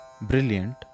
brilliant